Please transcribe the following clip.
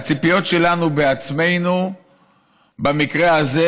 והציפיות שלנו מעצמנו במקרה הזה,